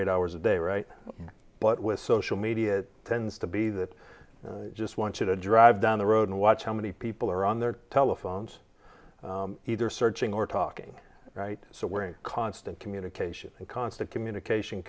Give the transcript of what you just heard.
eight hours a day right but with social media it tends to be that just want to drive down the road and watch how many people are on their telephones either searching or talking right so we're in constant communication and constant communication